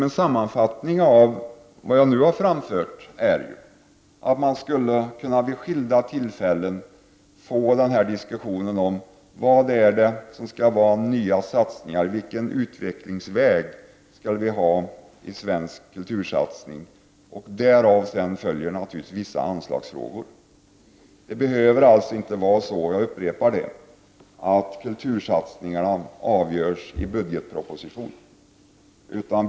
En sammanfattning av det som jag nu har framfört är att man vid skilda tillfällen skulle kunna diskutera vilka nya satsningar man skall göra när det gäller svensk kultur och vilken utvecklingsväg man skall välja. Därav följer sedan naturligtvis vissa anslagsfrågor. Det behöver således inte vara så — jag upprepar det — att kultursatsningarna avgörs i budgetpropositionen.